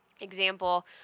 example